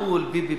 ביבי-חו"ל,